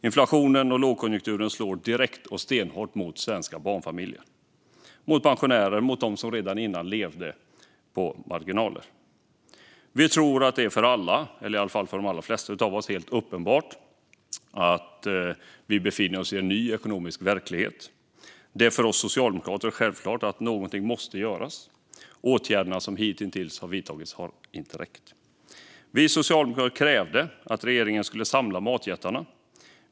Inflationen och lågkonjunkturen slår direkt och stenhårt mot svenska barnfamiljer, pensionärer och mot dem som redan innan levde på marginalen. Vi tror att det för alla - eller i alla fall för de flesta av oss - är helt uppenbart att vi befinner oss i en ny ekonomisk verklighet. Det är för oss socialdemokrater självklart att någonting måste göras. Åtgärderna som hittills har vidtagits räcker inte. Vi socialdemokrater krävde att regeringen skulle samla matjättarna.